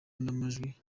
n’amajwi